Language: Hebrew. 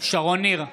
שרון ניר,